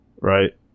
right